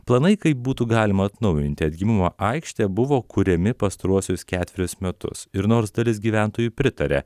planai kaip būtų galima atnaujinti atgimimo aikštę buvo kuriami pastaruosius ketverius metus ir nors dalis gyventojų pritaria